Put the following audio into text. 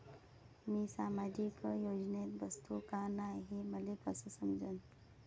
मी सामाजिक योजनेत बसतो का नाय, हे मले कस समजन?